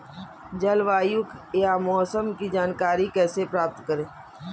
जलवायु या मौसम की जानकारी कैसे प्राप्त करें?